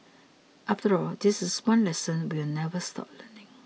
after all this is one lesson we will never stop learning